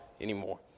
anymore